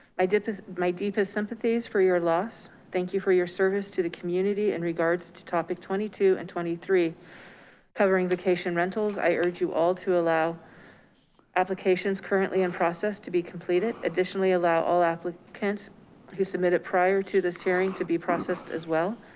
my deepest my deepest sympathies for your loss. thank you for your service to the community. in regards to topic twenty two and twenty three covering vacation rentals, i urge you all to allow applications currently in process to be completed. additionally, allow all applicants who submitted prior to this hearing to be processed as well.